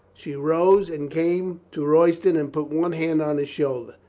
she rose and came to royston and put one hand on his shoulder.